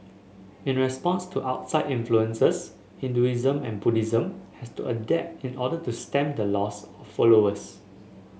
in response to outside influences Hinduism and Buddhism had to adapt in order to stem the loss of followers